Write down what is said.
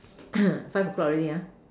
five o-clock already ah